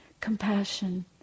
compassion